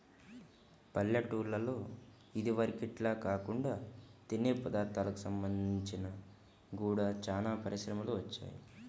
పల్లెటూల్లలో ఇదివరకటిల్లా కాకుండా తినే పదార్ధాలకు సంబంధించి గూడా చానా పరిశ్రమలు వచ్చాయ్